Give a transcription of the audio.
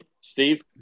steve